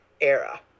era